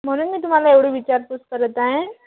म्हणून मी तुम्हाला एवढं विचारपूस करत आहे